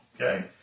Okay